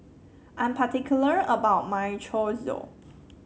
I'm particular about my Chorizo